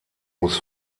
muss